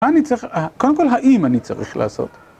מה אני צריך, קודם כל האם אני צריך לעשות?